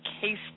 case